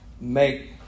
make